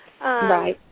Right